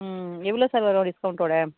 ம் எவ்வளோ சார் வரும் டிஸ்கௌண்ட்டோடு